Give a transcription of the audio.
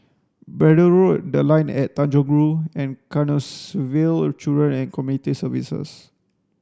Braddell Road The Line at Tanjong Rhu and Canossaville Children and Community Services